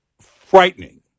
frightening